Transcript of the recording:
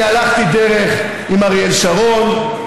אני הלכתי דרך עם אריאל שרון,